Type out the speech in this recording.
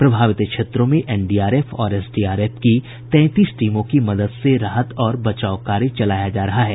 प्रभावित क्षेत्रों में एनडीआरएफ और एसडीआरएफ की तैंतीस टीमों की मदद से राहत और बचाव कार्य चलाया जा रहा है